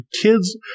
kids